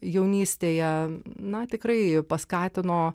jaunystėje na tikrai paskatino